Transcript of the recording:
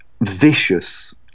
vicious